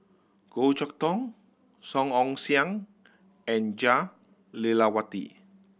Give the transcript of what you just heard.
Goh Chok Tong Song Ong Siang and Jah Lelawati